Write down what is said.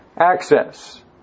access